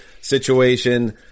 situation